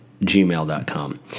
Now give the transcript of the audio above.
gmail.com